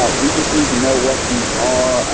ah we just need to know what these are.